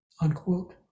Unquote